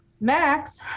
Max